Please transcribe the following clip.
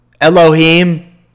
Elohim